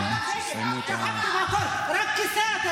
רק רגע.